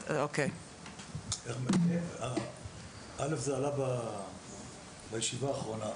ראשית, זה עלה בישיבה האחרונה.